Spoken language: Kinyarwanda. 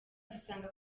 dusanga